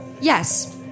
yes